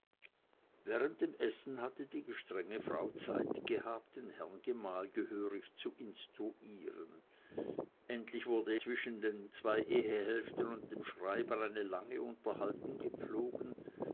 während dem essen hatte die gestrenge frau zeit gehabt den herrn gemahl gehörig zu instruieren endlich wurde zwischen den zwei ehehälften und dem schreiber eine lange unterhaltung gepflogen